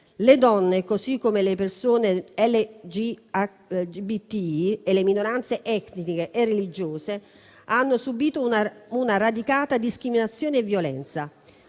Le donne, così come le persone LGBT e le minoranze etniche e religiose, hanno subito una radicata discriminazione e violenza.